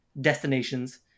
destinations